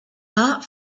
not